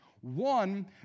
One